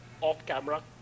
off-camera